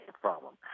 problem